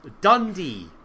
Dundee